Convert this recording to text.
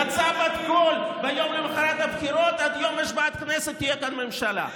יצאה בת-קול ביום למוחרת הבחירות שעד יום השבעת הכנסת תהיה כאן ממשלה.